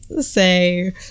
say